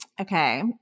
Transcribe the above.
okay